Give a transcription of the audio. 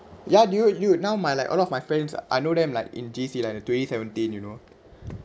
ya dude you now my like a lot of my friends I know them like in J_C like twenty seventeen you know